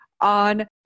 on